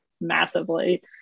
massively